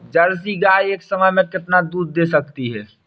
Jersey गाय एक समय में कितना दूध दे सकती है?